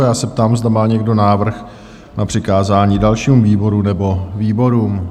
Já se ptám, zda má někdo návrh na přikázání dalšímu výboru nebo výborům?